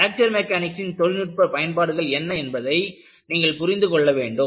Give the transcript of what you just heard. fracture மெக்கானிக்ஸின் தொழில்நுட்ப பயன்பாடுகள் என்ன என்பதை நீங்கள் புரிந்து கொள்ள வேண்டும்